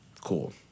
cool